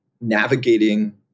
navigating